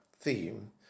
theme